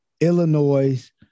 Illinois